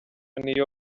n’iyo